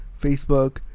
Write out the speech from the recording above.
Facebook